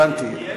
הבנתי.